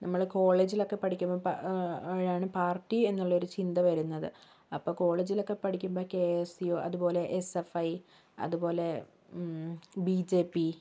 നമ്മൾ കോളേജിലൊക്കെ പഠിക്കുമ്പോഴാണ് പാർട്ടി എന്നുള്ളൊരു ചിന്ത വരുന്നത് അപ്പോൾ കോളേജിലൊക്കെ പഠിക്കുമ്പം കെ എസ് യു അതുപോലെ എസ് എഫ് ഐ അതുപോലെ ബി ജെ പി